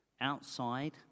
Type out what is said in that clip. Outside